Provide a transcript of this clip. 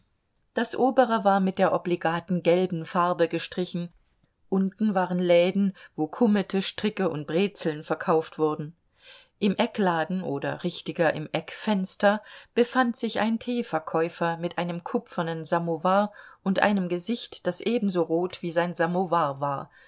das obere war mit der obligaten gelben farbe gestrichen unten waren läden wo kummete stricke und brezeln verkauft wurden im eckladen oder richtiger im eckfenster befand sich ein teeverkäufer mit einem kupfernen samowar und einem gesicht das ebenso rot wie sein samowar war